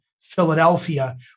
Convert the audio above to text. Philadelphia